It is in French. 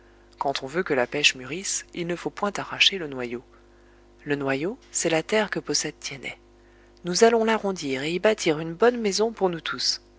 quand on veut que la pêche mûrisse il ne faut point arracher le noyau le noyau c'est la terre que possède tiennet nous allons l'arrondir et y bâtir une bonne maison pour nous tous